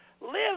live